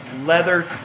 leather